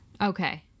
Okay